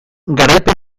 garaipen